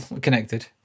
connected